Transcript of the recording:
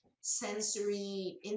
sensory